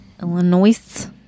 Illinois